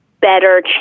better